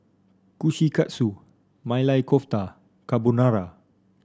Kushikatsu Maili Kofta Carbonara